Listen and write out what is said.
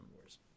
wars